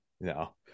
no